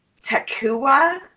Takua